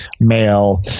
male